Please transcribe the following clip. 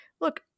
look